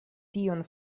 tion